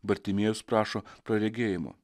bartimiejus prašo praregėjimo